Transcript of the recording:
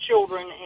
Children